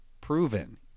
proven